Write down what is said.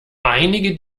einige